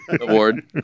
award